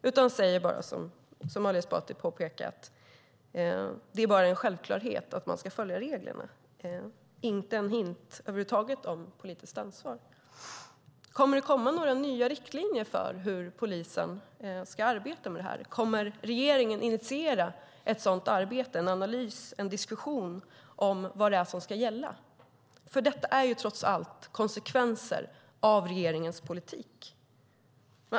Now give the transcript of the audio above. Som Ali Esbati påpekar säger hon bara att det är en självklarhet att man ska följa reglerna. Hon ger inte någon hint över huvud taget om politiskt ansvar. Kommer det att komma några nya riktlinjer för hur polisen ska arbeta med detta? Kommer regeringen att initiera ett sådant arbete, en analys av och en diskussion om vad det är som ska gälla? Detta är trots allt konsekvenser av regeringens politik.